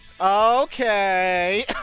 Okay